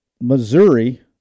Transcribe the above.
Missouri